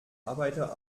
arbeiter